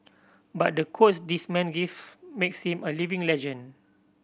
but the quotes this man gives makes him a living legend